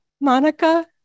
monica